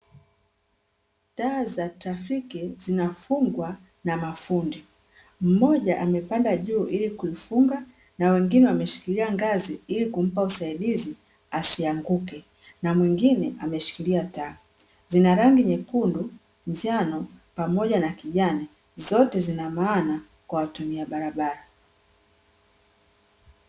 Taa za trafiki zinafungwa na mafundi. Mmoja amepanda juu ili kuifunga na wengine wameshikilia ngazi ili kumpa usaidizi asianguke na mwingine ameshikilia taa. Zina rangi nyekundu, njano pamoja na kijani. Zote zina maana kwa watumia barabara.